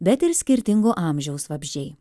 bet ir skirtingo amžiaus vabzdžiai